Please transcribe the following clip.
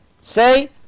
Say